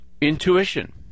Intuition